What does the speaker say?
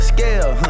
Scale